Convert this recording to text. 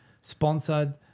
sponsored